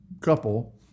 couple